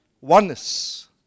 Oneness